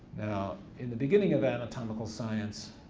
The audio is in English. now in the beginning of anatomical science,